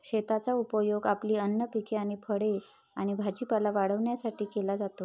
शेताचा उपयोग आपली अन्न पिके आणि फळे आणि भाजीपाला वाढवण्यासाठी केला जातो